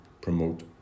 promote